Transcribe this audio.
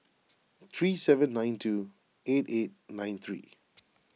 three seven nine two eight eight nine three